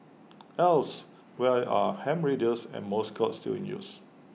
else why are ham radios and morse code still in use